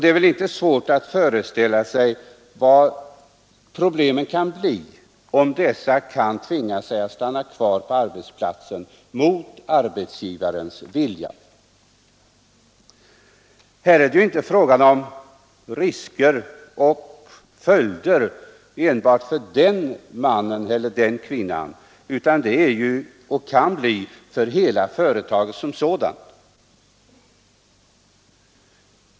Det är inte svårt att föreställa sig vilka problem som kan uppstå, om dessa kan tvinga sig kvar på arbetsplatsen mot arbetsgivarens vilja. Här är det inte fråga om risker och följder enbart för den mannen eller den kvinnan, utan för hela företaget som sådant.